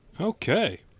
Okay